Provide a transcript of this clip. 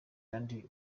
kandi